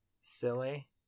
silly